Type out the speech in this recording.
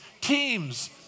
teams